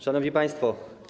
Szanowni Państwo!